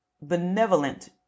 benevolent